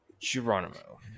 Geronimo